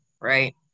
right